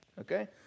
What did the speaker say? okay